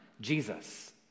Jesus